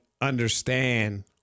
understand